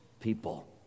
people